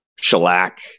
Shellac